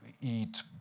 eat